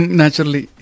naturally